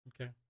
Okay